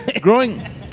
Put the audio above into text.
Growing